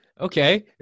Okay